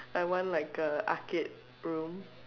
I want like a arcade room